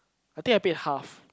I think I paid half